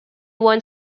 one